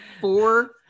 four